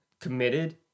committed